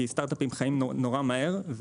כי סטארט-אפים חיים נורא מהר,